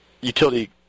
utility